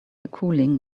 cooling